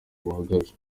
buhagaze